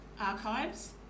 archives